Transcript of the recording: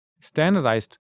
standardized